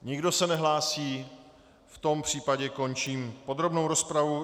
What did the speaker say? Nikdo se nehlásí, v tom případě končím podrobnou rozpravu.